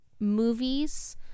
movies